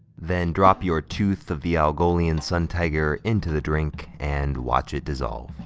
then drop your tooth of the algolian sun tiger into the drink and watch it dissolve.